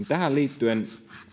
tähän liittyen